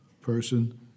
person